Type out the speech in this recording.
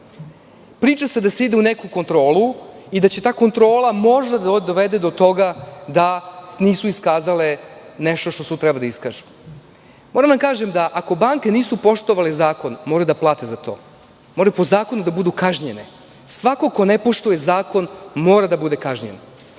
Priča se da se ide u neku kontrolu i da će ta kontrola možda da dovede do toga da nisu iskazale nešto što su trebale da iskažu. Moram da vam kažem da, ako banke nisu poštovale zakon, moraju da plate za to i moraju po zakonu da budu kažnjene. Svako ko ne poštuje zakon mora da bude kažnjen,